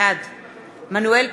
בעד מנואל טרכטנברג,